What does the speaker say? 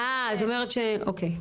אה את אומרת ש- אוקי.